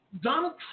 Donald